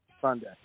Sunday